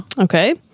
Okay